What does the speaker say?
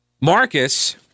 Marcus